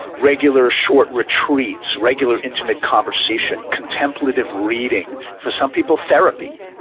regular short retreats, regular intimate conversation, contemplative reading, for some people, therapy